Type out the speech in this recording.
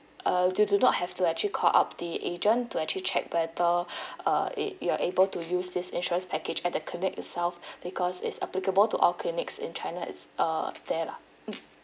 err you do not have to actually call up the agent to actually check whether uh it you are able to use this insurance package at the clinic itself because is applicable to all clinics in china it's uh there lah mm